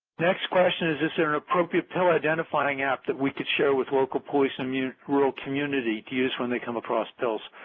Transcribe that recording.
next question is is there an appropriate pill-identifying app that we can share with local police um and rural communities to use when they come across pills?